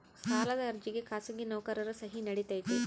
ಸಾಲದ ಅರ್ಜಿಗೆ ಖಾಸಗಿ ನೌಕರರ ಸಹಿ ನಡಿತೈತಿ?